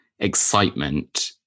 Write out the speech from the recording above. excitement